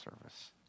service